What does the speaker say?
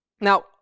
Now